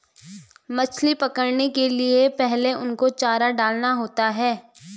मछली पकड़ने के लिए पहले उनको चारा डालना होता है